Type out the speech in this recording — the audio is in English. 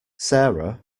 sarah